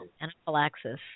anaphylaxis